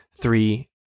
Three